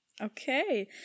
Okay